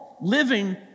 living